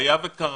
היה וקרה.